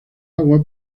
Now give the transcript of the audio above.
agua